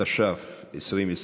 התש"ף 2020,